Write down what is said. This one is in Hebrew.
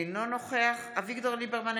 אינו נוכח אביגדור ליברמן,